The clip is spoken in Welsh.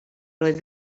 oedd